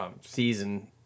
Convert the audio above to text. season